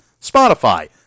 Spotify